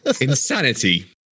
Insanity